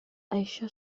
això